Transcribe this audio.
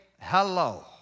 hello